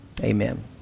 Amen